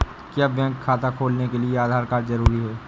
क्या बैंक खाता खोलने के लिए आधार कार्ड जरूरी है?